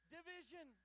Division